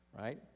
right